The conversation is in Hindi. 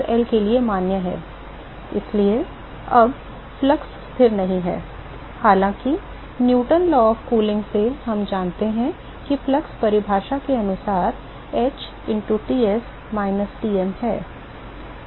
इसलिए अब फ्लक्स स्थिर नहीं है हालांकि न्यूटन के शीतलन के नियम Newton's law of cooling से हम जानते हैं कि फ्लक्स परिभाषा के अनुसार h into Ts minus Tm है